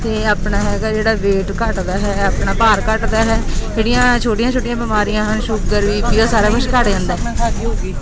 ਅਤੇ ਆਪਣਾ ਹੈਗਾ ਜਿਹੜਾ ਵੇਟ ਘਟਦਾ ਹੈ ਆਪਣਾ ਭਾਰ ਘਟਦਾ ਹੈ ਜਿਹੜੀਆਂ ਛੋਟੀਆਂ ਛੋਟੀਆਂ ਬਿਮਾਰੀਆਂ ਹਨ ਸ਼ੂਗਰ ਵੀ ਜਿਹਦਾ ਸਾਰਾ ਕੁਛ ਘਟ ਜਾਂਦਾ